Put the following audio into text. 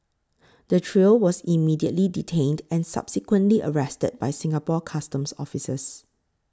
the trio was immediately detained and subsequently arrested by Singapore Customs Officers